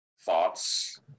thoughts